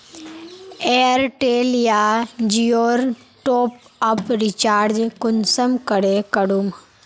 Airtel या जियोर top up recharge कुंसम करे करूम?